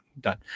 Done